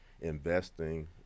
investing